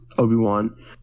Obi-Wan